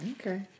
Okay